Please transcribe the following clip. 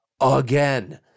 again